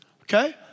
okay